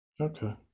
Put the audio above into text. Okay